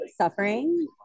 suffering